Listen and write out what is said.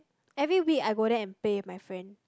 every week I go there and play with my friend